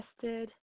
tested